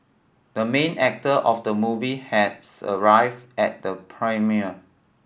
the main actor of the movie has arrived at the premiere